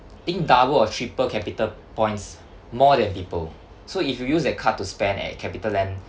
think double or triple capital points more than people so if you use that card to spend at CapitaLand